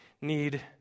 need